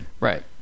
Right